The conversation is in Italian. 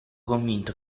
convinto